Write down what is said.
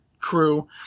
crew